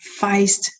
feist